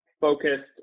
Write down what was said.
focused